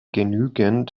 genügend